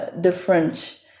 different